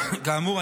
כאמור,